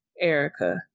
Erica